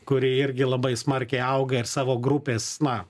kuri irgi labai smarkiai auga ir savo grupės na